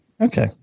Okay